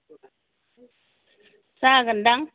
जागोनखोमा